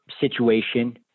situation